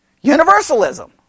Universalism